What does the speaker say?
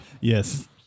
Yes